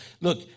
look